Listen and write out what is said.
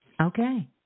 Okay